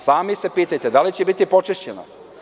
Sami se pitajte da li će biti počišćena.